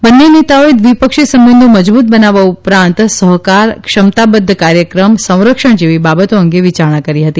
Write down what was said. બન્ને નેતાઓએ દ્વિપક્ષી સંબંધો મજબૂત બનાવવા ઉપરાંત સહકાર ક્ષમતાબદ્વ કાર્યક્રમ સંરક્ષણ જેવી બાબતો અંગે વિયારણા કરી હતી